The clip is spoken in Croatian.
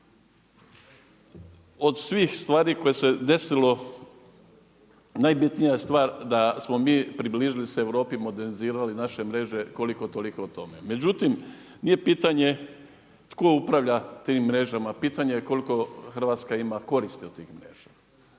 od svih stvari koje su se desile, najbitnija je stvar da smo mi približili se Europi, modernizirali naše mreže, koliko toliko o tome. Međutim, nije pitanje tko upravlja tim mrežama, pitanje je koliko Hrvatska ima koristi od tih mreža